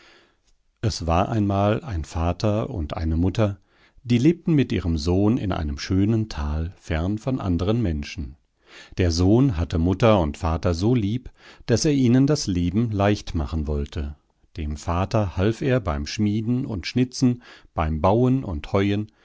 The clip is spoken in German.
es war einmal ein vater und eine mutter die lebten mit ihrem sohn in einem schönen tal fern von anderen menschen der sohn hatte mutter und vater so lieb daß er ihnen das leben leicht machen wollte dem vater half er beim schmieden und schnitzen beim bauen und heuen